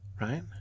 right